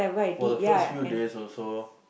for the first few days or so